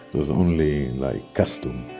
only like costume.